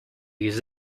use